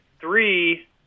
three